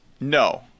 No